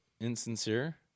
insincere